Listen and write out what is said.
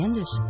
dus